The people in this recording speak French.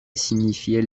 signifiait